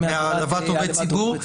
מהעלבת עובד ציבור.